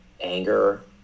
anger